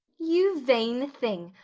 you vain thing!